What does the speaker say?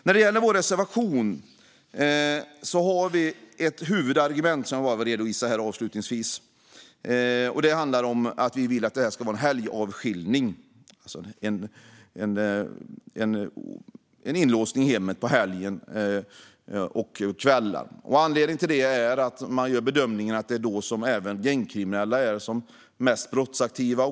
När det gäller vår reservation har vi ett huvudargument, som jag vill redovisa avslutningsvis. Det handlar om att vi vill att det ska vara helgavskiljning - inlåsning i hemmet på helger och kvällar. Anledningen till det är att man gör bedömningen att det är då som gängkriminella är mest brottsaktiva.